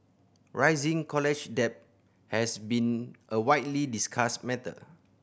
rising college debt has been a widely discussed matter